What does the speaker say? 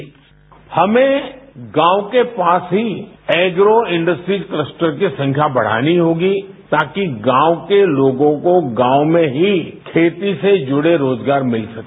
sound bite हमें गांव के पास ही एग्रो इंडस्ट्रीज कलस्टर की संख्या बढ़ानी होगी ताकि गांव के लोगों को गांव में ही खेती से जुड़े रोजगार मिल सके